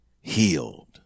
healed